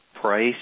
price